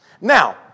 Now